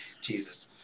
Jesus